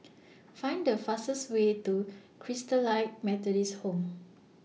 Find The fastest Way to Christalite Methodist Home